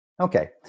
Okay